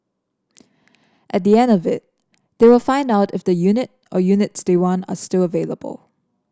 at the end of it they will find out if the unit or units they want are still available